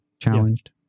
challenged